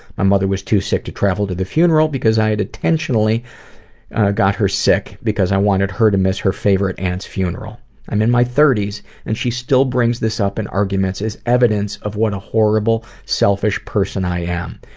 my mother was too sick to travel to the funeral because i had intentionally got her sick because i wanted her to miss her favorite aunt's funeral. i'm in my thirty s and she still brings this up in arguments as evidence of what a horrible selfish person i am.